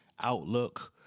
outlook